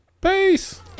Peace